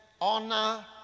honor